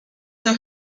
der